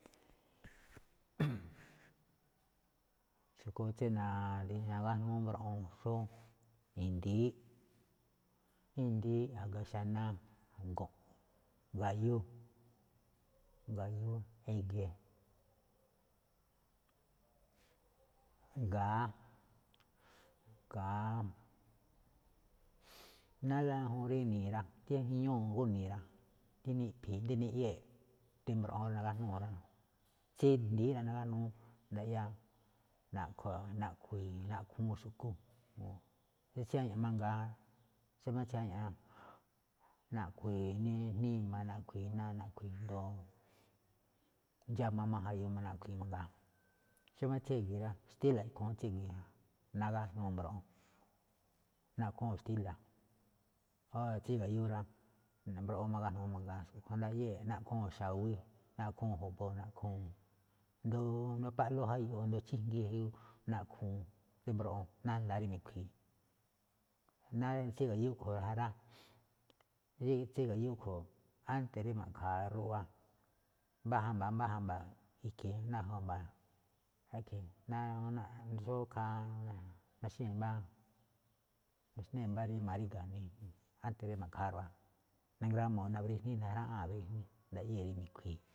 xu̱kú tsí nagájnuu mbroꞌon, xóo i̱ndi̱íꞌ, i̱ndi̱íꞌ, a̱ga xaná, go̱nꞌ, ga̱yú, ga̱yú, e̱ge̱, ga̱á, ga̱á. náálá ñajuun rí ini̱i̱ rá, dí ñajuun iñúu̱ gúni̱i̱ rá, díni iꞌphi̱i̱, díni eꞌyée̱ꞌ, rí mbroꞌon rí nagájnúu̱ rá. tsí i̱ndi̱í nagájnuu, ndaꞌyáa̱ naꞌkhui̱i̱ naꞌkhúu̱n xu̱kú. Tsí a̱ña̱ꞌ mangaa, xómá tsí a̱ña̱ꞌ rá, naꞌkhui̱i̱, ní-níma, naꞌkhui̱i̱ asndo, ndxáma má jayu naꞌkhui̱i̱ má mangaa. Xómá tsí e̱ge̱ rá, xtíla̱ iꞌkhu̱ún tsí e̱ge̱ ja. Nagájnuu̱ mbroꞌon naꞌkhúu̱n xtíla̱. Óra̱ tsí ga̱yú rá, mbroꞌon má igájnuu mangaa, ndaꞌyée̱ naꞌkhúu̱n xa̱wí, naꞌkhúu̱n jo̱bo, naꞌkhúu̱n o asndo páꞌlú jayu, asndo chíjngi jayu naꞌkhúu̱n rí mbroꞌon ná nda̱a̱ rí mikhui̱i̱, náá tsí ga̱yú a̱ꞌkhue̱n ja rá, rí tsí ga̱yú a̱ꞌkhue̱n, ánte̱ rí ma̱ꞌkha̱a̱ ruꞌwa, mbá jamba̱a̱, mbá jamba̱a̱, i̱ke̱e̱ ná jamba̱a̱, ná xó ikhaa naxnée̱ mbá, naxnée̱ mbá rí ma̱ríga̱, ánte̱ rí ma̱ꞌkha̱a̱ ruꞌwa, nangrámuu̱ ná mbríjní, najraꞌáa̱n ná mbríjní ndaꞌyée̱ rí mi̱khui̱i̱.